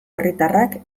herritarrak